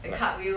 what